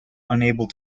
unable